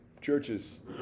churches